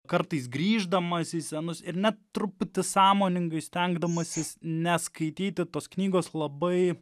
kartais grįždamas į senus ir net truputį sąmoningai stengdamasis neskaityti tos knygos labai